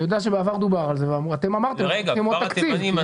אני יודע שעבר דובר על זה ואתם אמרתם שאין לכם תקציב.